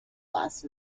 last